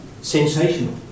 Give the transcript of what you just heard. sensational